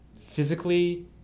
physically